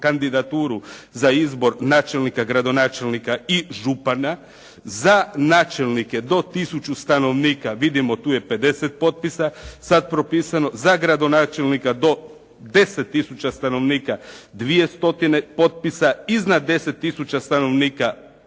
za izbor načelnika, gradonačelnika i župana, za načelnike do tisuću stanovnika, vidimo tu je 50 potpisa, sada propisano, za gradonačelnika do 10 tisuća stanovnika 200 potpisa, iznad 10 tisuća stanovnika